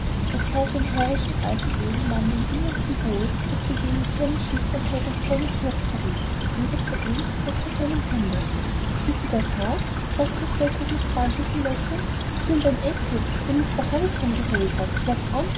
es that dem herrischen alten edelmanne im innersten wohl daß der junge keine schüchternheit und keine furcht verriet weder vor ihm noch vor seinem hunde bist du der graf sagte cedrik mit seinem freundlichen lächeln ich bin dein enkel den mr havisham geholt hat lord